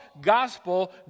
gospel